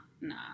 Nah